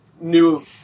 new